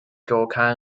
周刊